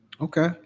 Okay